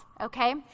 okay